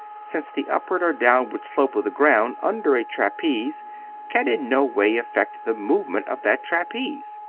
since the upward or downward slope of the ground under a trapeze can in no way affect the movement of that trapeze.